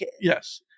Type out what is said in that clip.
Yes